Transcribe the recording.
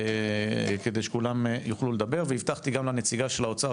כדי שכולם יוכלו לדבר והבטחתי גם לנציגה של האוצר,